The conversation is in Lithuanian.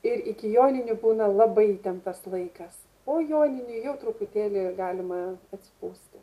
ir iki joninių būna labai įtemptas laikas po joninių jau truputėlį galima atsipūsti